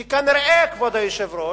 שכנראה, כבוד היושב-ראש,